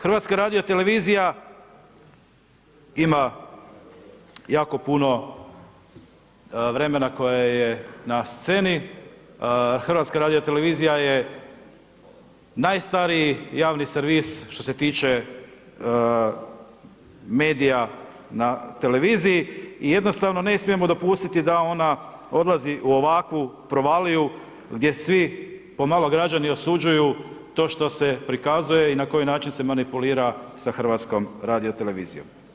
HRT ima jako puno vremena koje je na sceni, HRT je najstariji javni servis, što se tiče medija na televiziji i jednostavno ne smijemo dopustiti da ona odlazi u ovakvu provaliju gdje svi, pomalo građani osuđuju to što se prikazuje i na koji način se manipulira sa HRT-om.